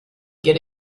get